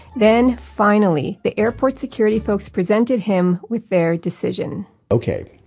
then, finally, the airport security folks presented him with their decision ok,